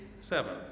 seven